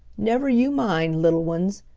never you mind, little uns,